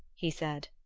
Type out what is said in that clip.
he said.